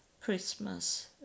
Christmas